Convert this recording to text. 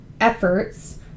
efforts